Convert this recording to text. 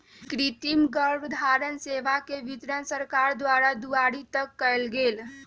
कृतिम गर्भधारण सेवा के वितरण सरकार द्वारा दुआरी तक कएल गेल